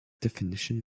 definition